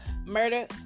murder